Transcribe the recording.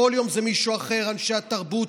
כל יום זה מישהו אחר: אנשי התרבות,